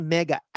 Mega